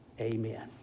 amen